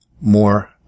more